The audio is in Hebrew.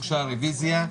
הוגשה רביזיה.